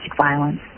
violence